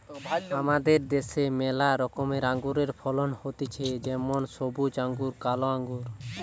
আমাদের দ্যাশে ম্যালা রকমের আঙুরের ফলন হতিছে যেমন সবুজ আঙ্গুর, কালো আঙ্গুর